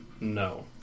No